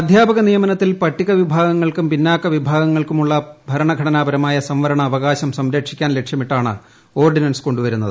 അധ്യാപക നിയമനത്തിൽ പട്ടിക വിഭാഗങ്ങൾക്കും പിന്നാക്ക വിഭാഗങ്ങൾക്കുമുള്ള ഭരണഘടനാപരമായ സംവരണ അവകാശം സംരക്ഷിക്കാൻ ലക്ഷ്യമിട്ടാണ് ഓർഡിനൻസ് കൊണ്ടു വരുന്നത്